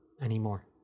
anymore